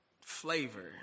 flavor